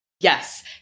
Yes